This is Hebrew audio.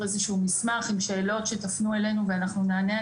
איזשהו מסמך עם שאלות שתפנו אלינו ואנחנו נענה,